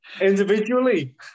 Individually